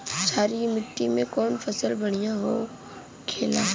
क्षारीय मिट्टी में कौन फसल बढ़ियां हो खेला?